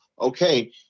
okay